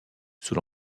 sous